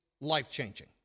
life-changing